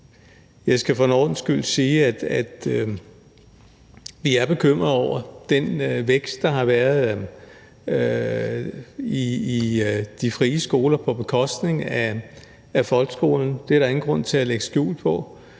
Jeg skal for en ordens skyld sige, at vi er bekymrede over den vækst, der har været i antallet af de frie skoler, som er sket på bekostning af folkeskolen. Det er der ingen grund til at lægge skjul på.